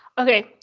okay,